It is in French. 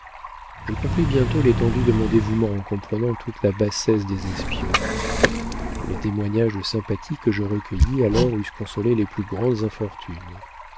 je compris bientôt l'étendue de mon dévouement en comprenant toute la bassesse des espions les témoignages de sympathie que je recueillis alors eussent consolé les plus grandes infortunes